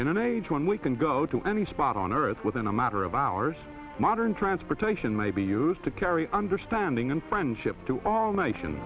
in an age when we can go to any spot on earth within a matter of hours modern transportation may he used to carry understanding and friendship to all nation